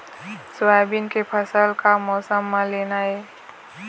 Soybean के फसल का मौसम म लेना ये?